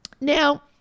Now